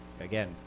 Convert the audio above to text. again